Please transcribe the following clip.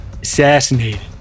assassinated